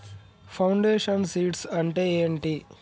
Foundation seeds అంటే ఏంటి?